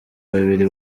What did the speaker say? babiri